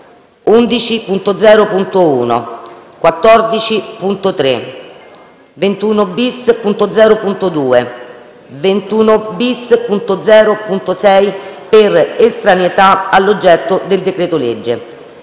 11.0.1, 14.3, 21-*bis*.0.2 e 21-*bis*.0.6 per estraneità all'oggetto del decreto-legge.